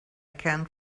can’t